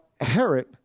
Herod